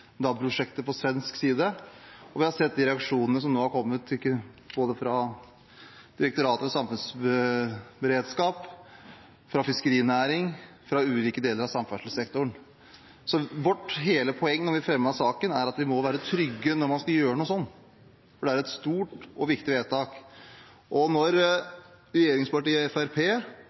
på svensk side, og vi har sett de reaksjonene som nå har kommet fra både Direktoratet for samfunnssikkerhet og beredskap, fiskerinæringen og ulike deler av samferdselssektoren. Hele vårt poeng da vi fremmet saken, er at vi må være trygge når vi skal gjøre noe sånt, for det er et stort og viktig vedtak. Når regjeringspartiet